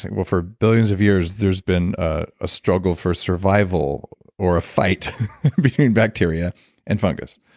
like well, for billions of years there's been ah a struggle for survival or a fight between bacteria and fungus.